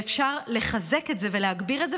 ואפשר לחזק את זה ולהגביר את זה,